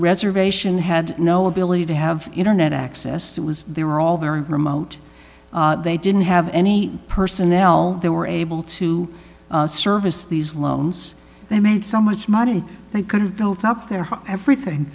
reservation had no ability to have internet access that was they were all very remote they didn't have any personnel they were able to service these loans they made so much money they could have built up their home everything